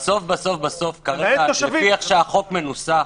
בסוף בסוף, לפי איך שהחוק מנוסח,